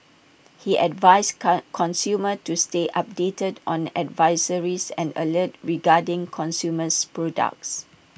he advised con consumers to stay updated on advisories and alerts regarding consumers products